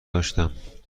داشتم